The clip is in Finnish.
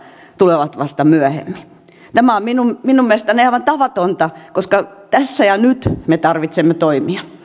tulevat vasta myöhemmin tämä on minun minun mielestäni aivan tavatonta koska tässä ja nyt me tarvitsemme toimia